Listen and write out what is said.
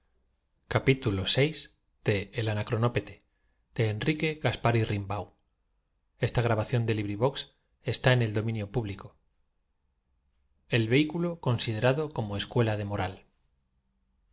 de el vehículo considerado como escuela de moral